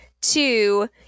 two